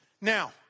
Now